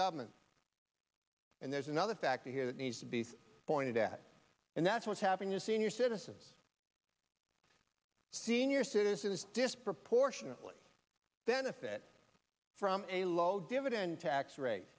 government and there's another factor here that needs to be pointed at and that's what's happening to senior citizens senior citizens disproportionately benefit from a low dividend tax rate